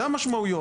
אלה המשמעויות.